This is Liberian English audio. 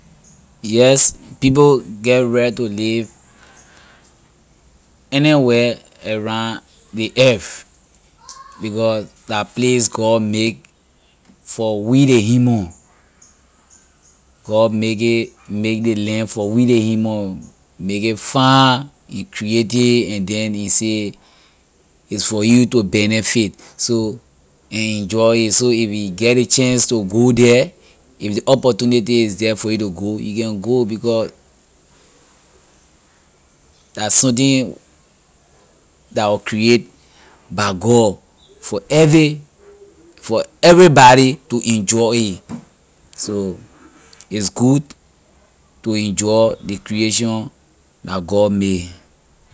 Yes people get right to live anywhere around ley earth because la place god make for we ley human god make it make ley land for we ley human make it fine he create it and then he say is for you to benefit so and enjoy it so if you get ley chance to go the if ley opportunity is the for you to go you can go because la something la was create by god for every for everybody to enjoy it so it’s good enjoy ley creation that god made